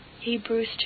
Hebrews